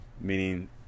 meaning